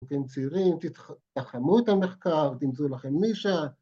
אתם צעירים, תתחמו את המחקר, ‫תמצאו לכם נישה.